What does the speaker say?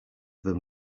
them